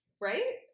right